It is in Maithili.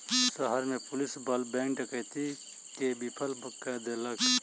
शहर में पुलिस बल बैंक डकैती के विफल कय देलक